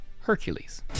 Hercules